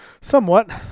Somewhat